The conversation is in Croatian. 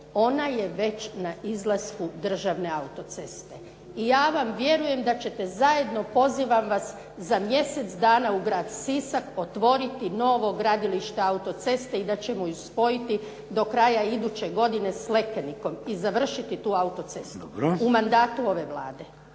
ona je već na izlasku državne autoceste. I ja vam vjerujem da ćete zajedno pozivam vas, za mjesec dana u Grad Sisak, otvoriti novo gradilište autoceste i da ćemo ju spojiti do kraja iduće godine s Lekenikom i završiti tu autocestu u mandatu ove Vlade.